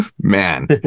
man